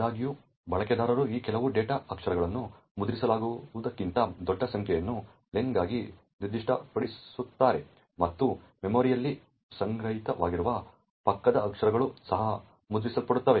ಆದಾಗ್ಯೂ ಬಳಕೆದಾರರು ಈ ಕೆಲವು ಡೇಟಾ ಅಕ್ಷರಗಳು ಮುದ್ರಿತವಾಗುವುದಕ್ಕಿಂತ ದೊಡ್ಡ ಸಂಖ್ಯೆಯನ್ನು ಲೆನ್ಗಾಗಿ ನಿರ್ದಿಷ್ಟಪಡಿಸುತ್ತಾರೆ ಮತ್ತು ಮೆಮೊರಿಯಲ್ಲಿ ಸಂಗ್ರಹವಾಗಿರುವ ಪಕ್ಕದ ಅಕ್ಷರಗಳು ಸಹ ಮುದ್ರಿಸಲ್ಪಡುತ್ತವೆ